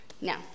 Now